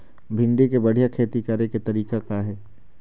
भिंडी के बढ़िया खेती करे के तरीका का हे?